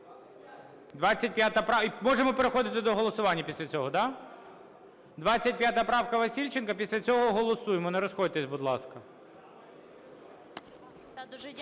25 правка, Васильченко. Після цього голосуємо. Не розходьтесь, будь ласка.